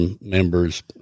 members